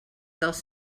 dels